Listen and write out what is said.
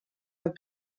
have